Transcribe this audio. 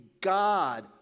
God